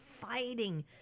fighting